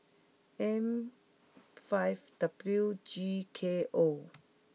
M five W G K O